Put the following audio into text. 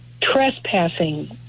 trespassing